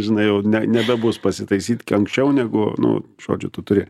žinai ir ne nebebus pasitaisyt anksčiau negu nu žodžiu tu turi